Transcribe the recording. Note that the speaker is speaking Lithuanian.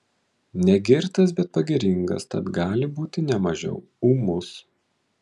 negirtas bet pagiringas tad gali būti ne mažiau ūmus